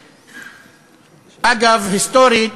אגב, היסטורית,